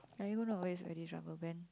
are you gonna always wear this rubber band